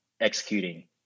executing